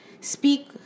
speak